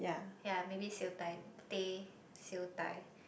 ya maybe siew dai teh siew dai